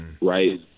right